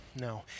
no